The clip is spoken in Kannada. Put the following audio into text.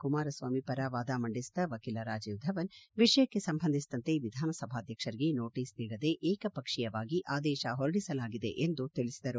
ಕುಮಾರಸ್ವಾಮಿ ಪರ ವಾದ ಮಂಡಿಸಿದ ವಕೀಲ ರಾಜೀವ್ ಧವನ್ ವಿಷಯಕ್ಕೆ ಸಂಬಂಧಿಸಿದಂತೆ ವಿಧಾನಸಭಾಧ್ಯಕ್ಷರಿಗೆ ನೋಟೀಸ್ ನೀಡದೆ ಏಕಪಕ್ಷೀಯವಾಗಿ ಆದೇಶ ಹೊರಡಿಸಲಾಗಿದೆ ಎಂದು ತಿಳಿಸಿದರು